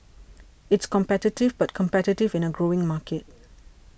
it's competitive but competitive in a growing market